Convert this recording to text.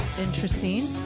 Interesting